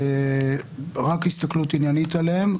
רק בהסתכלות עניינית עליהם.